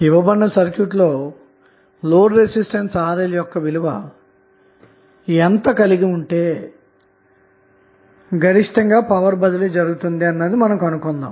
ఇవ్వబడిన సర్క్యూట్ లో load resistance RL యొక్క విలువ ఎంత ఉంటే గరిష్ఠమైన పవర్ బదిలీ జరుగుతుందో మనంకనుగొనాలి